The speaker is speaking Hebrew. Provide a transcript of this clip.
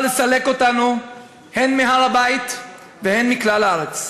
לסלק אותנו הן מהר-הבית והן מכלל הארץ,